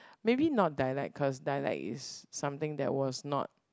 maybe not dialect cause dialect is something that was not